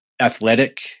athletic